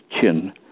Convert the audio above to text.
chin